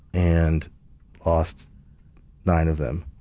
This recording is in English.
and lost nine of them.